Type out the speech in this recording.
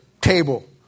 table